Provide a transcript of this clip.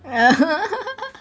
(uh huh)